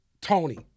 Tony